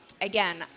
Again